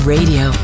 Radio